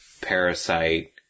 Parasite